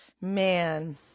man